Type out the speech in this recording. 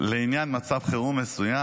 לעניין מצב חירום מסוים.